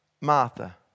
Martha